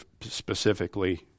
specifically